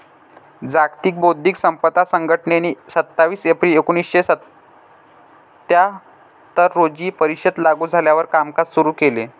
जागतिक बौद्धिक संपदा संघटनेने सव्वीस एप्रिल एकोणीसशे सत्याहत्तर रोजी परिषद लागू झाल्यावर कामकाज सुरू केले